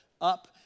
up